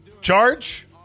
Charge